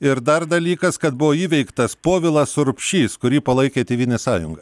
ir dar dalykas kad buvo įveiktas povilas urbšys kurį palaikė tėvynės sąjunga